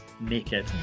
naked